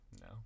No